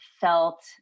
felt